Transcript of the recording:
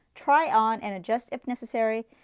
try on and adjust if necessary,